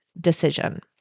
decision